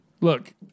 Look